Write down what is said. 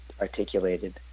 articulated